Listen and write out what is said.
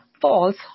false